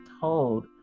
told